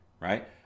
right